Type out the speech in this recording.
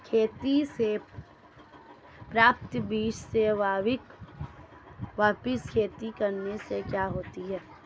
खेती से प्राप्त बीज से वापिस खेती करने से क्या होगा?